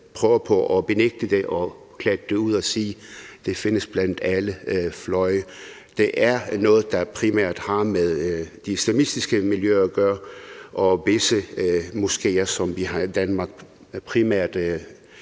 prøver på at benægte det og glatte ud og sige, at det findes på alle fløje. Det er noget, der primært har at gøre med de islamistiske miljøer og visse moskeer, som vi har i Danmark, primært